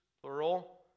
plural